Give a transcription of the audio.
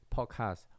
Podcast